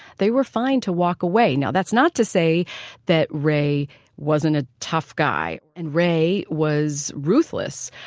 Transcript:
they were fine to walk away. now that's not to say that ray wasn't a tough guy and ray was ruthless,